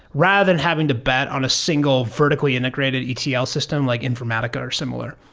rather than having to bet on a single vertically integrated etl ah system, like informatica or similar.